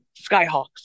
Skyhawks